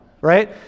right